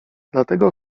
dlatego